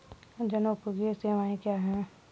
जनोपयोगी सेवाएँ क्या हैं?